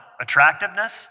attractiveness